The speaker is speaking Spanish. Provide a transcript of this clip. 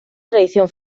tradición